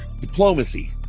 Diplomacy